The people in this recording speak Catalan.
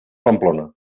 pamplona